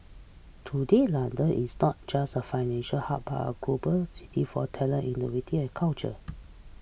today London is not just a financial hub but a global city for talent innovative and culture